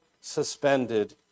suspended